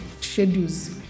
schedules